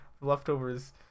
leftovers